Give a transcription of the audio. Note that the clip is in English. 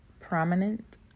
prominent